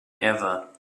ever